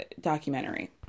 documentary